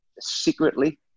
secretly